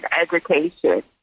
education